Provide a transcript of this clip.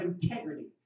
integrity